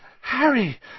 Harry